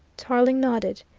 tarling nodded.